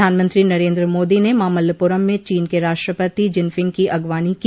प्रधानमंत्री नरेन्द्र मोदी ने मामल्लपुरम में चीन के राष्ट्रपति जिनफिंग की अगवानी की